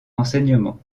enseignement